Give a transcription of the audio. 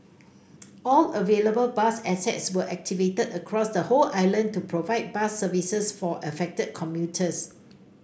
all available bus assets were activated across the whole island to provide bus service for affected commuters